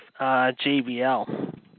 JBL